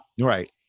Right